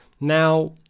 now